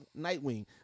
nightwing